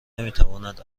نمیتواند